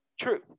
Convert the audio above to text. truth